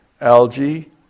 algae